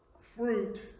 fruit